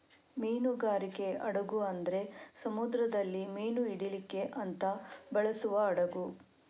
ಮೀನುಗಾರಿಕೆ ಹಡಗು ಅಂದ್ರೆ ಸಮುದ್ರದಲ್ಲಿ ಮೀನು ಹಿಡೀಲಿಕ್ಕೆ ಅಂತ ಬಳಸುವ ಹಡಗು